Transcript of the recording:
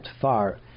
far